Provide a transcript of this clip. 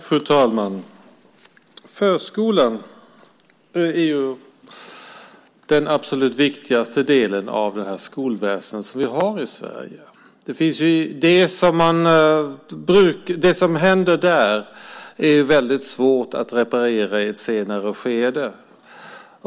Fru talman! Förskolan är den absolut viktigaste delen av skolväsendet i Sverige. Problem som uppstår under den tiden är väldigt svåra att reparera i ett senare skede.